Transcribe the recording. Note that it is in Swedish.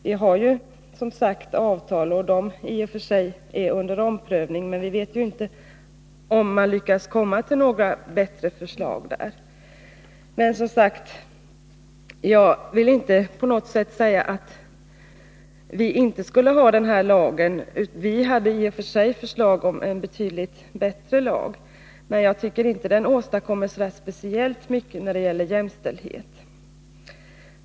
Vi har som sagt avtal — som i och för sig är under omprövning — men vi vet ju inte om man lyckas komma fram till några bättre förslag där. Jag vill dock inte på något sätt hävda att vi inte skall ha den här lagen, även om vi hade förslag om en betydligt bättre lag. Men jag tycker inte den åstadkommer så där speciellt mycket när det gäller jämställdhet.